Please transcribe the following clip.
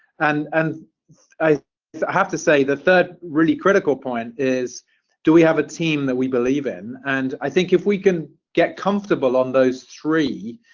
and and i have to say the third really critical point is do we have a team that we believe in. and i think if we can get comfortable on those three